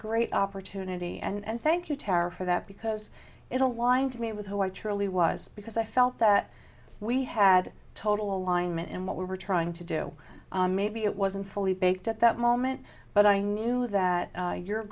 great opportunity and thank you tara for that because it aligned to me with who i truly was because i felt that we had total alignment in what we were trying to do maybe it wasn't fully baked at that moment but i knew that your